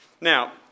Now